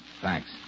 Thanks